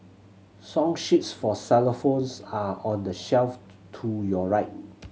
song sheets for xylophones are on the shelf to your right